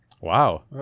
Wow